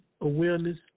Awareness